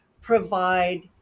provide